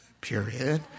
period